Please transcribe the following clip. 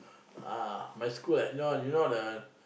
ah my school at you know you know the